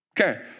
Okay